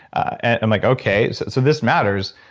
i'm like, okay, so so this matters.